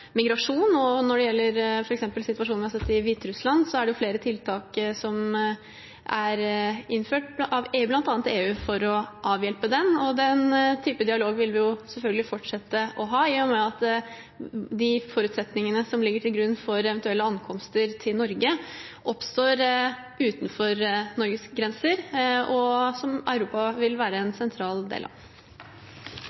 Når det f.eks. gjelder situasjonen vi har sett i Hviterussland, er det flere tiltak som er innført av bl.a. EU for å avhjelpe den. Den type dialog vil vi selvfølgelig fortsette å ha i og med at de forutsetningene som ligger til grunn for eventuelle ankomster til Norge, oppstår utenfor Norges grenser, noe som Europa vil være en